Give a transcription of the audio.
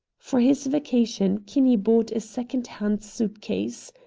for his vacation kinney bought a second-hand suit-case.